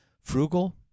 Frugal